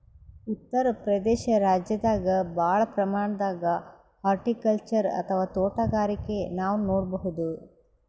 ಉತ್ತರ್ ಪ್ರದೇಶ ರಾಜ್ಯದಾಗ್ ಭಾಳ್ ಪ್ರಮಾಣದಾಗ್ ಹಾರ್ಟಿಕಲ್ಚರ್ ಅಥವಾ ತೋಟಗಾರಿಕೆ ನಾವ್ ನೋಡ್ಬಹುದ್